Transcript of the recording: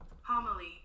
Homily